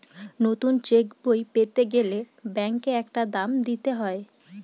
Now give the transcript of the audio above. নতুন চেকবই পেতে গেলে ব্যাঙ্কে একটা দাম দিতে হয়